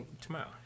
Tomorrow